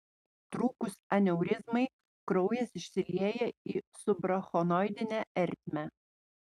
trūkus aneurizmai kraujas išsilieja į subarachnoidinę ertmę